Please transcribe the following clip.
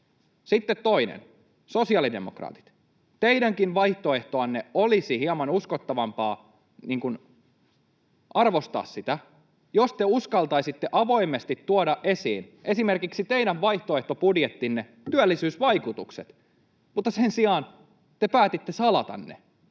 Sitten toinen: Sosiaalidemokraatit, teidänkin vaihtoehtoanne olisi hieman uskottavampaa arvostaa, jos te uskaltaisitte avoimesti tuoda esiin esimerkiksi teidän vaihtoehtobudjettinne työllisyysvaikutukset, mutta sen sijaan te päätitte salata ne.